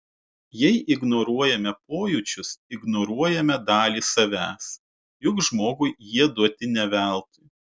jei ignoruojame pojūčius ignoruojame dalį savęs juk žmogui jie duoti ne veltui